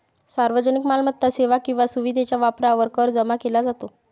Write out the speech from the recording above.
सार्वजनिक मालमत्ता, सेवा किंवा सुविधेच्या वापरावर कर जमा केला जातो